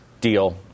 deal